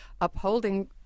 upholding